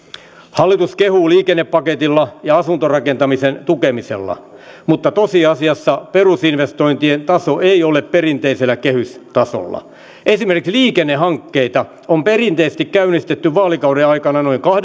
hallitus kehuu liikennepaketilla ja asuntorakentamisen tukemisella mutta tosiasiassa perusinvestointien taso ei ole perinteisellä kehystasolla esimerkiksi liikennehankkeita on perinteisesti käynnistetty vaalikauden aikana noin